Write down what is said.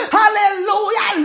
hallelujah